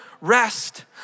rest